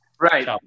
Right